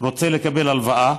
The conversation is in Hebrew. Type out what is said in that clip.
רוצה לקבל הלוואה,